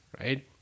right